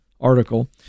article